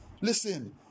Listen